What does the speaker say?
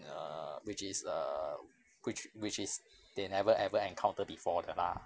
err which is a which which is they never ever encounter before 的 lah